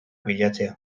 baliatzea